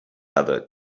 other